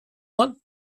one